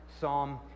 Psalm